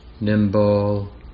nimble